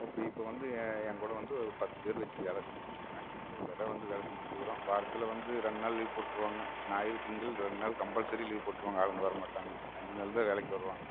OP இப்போ வந்து என் என் கூட வந்து ஒரு பத்து பேர் வெச்சு வேலை செஞ்சுட்டு இருக்கிறேன் ரெகுலராக வந்து வேலை செஞ்சுட்டு இருக்கிறோம் வாரத்தில் வந்து ரெண்டு நாள் லீவ் போட்டுருவாங்க ஞாயிறு திங்கள் ரெண்டு நாள் கம்பல்சரி லீவ் போட்டுருவாங்க ஆளுங்க வரமாட்டாங்க அஞ்சு நாள் தான் வேலைக்கு வருவாங்க